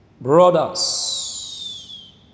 Brothers